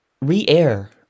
re-air